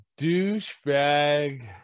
douchebag